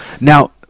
Now